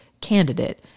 candidate